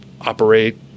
operate